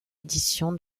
édition